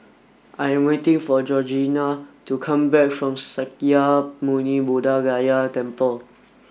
I am waiting for Georgianna to come back from Sakya Muni Buddha Gaya Temple